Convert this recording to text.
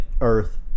Earth